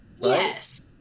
yes